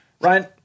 Ryan